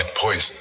poison